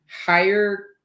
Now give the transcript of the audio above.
Higher